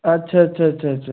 अच्छा अच्छा अच्छा अच्छा